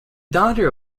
daughter